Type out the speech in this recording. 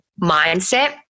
mindset